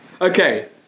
Okay